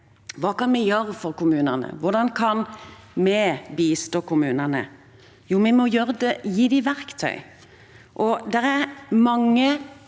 Hva kan vi gjøre for kommunene? Hvordan kan vi bistå kommunene? Jo, vi må gi dem verktøy, og det er mange